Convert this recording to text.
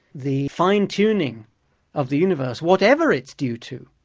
the fine-tuning of the universe, whatever it's due to,